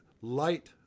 light